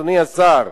אדוני השר.